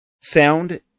sound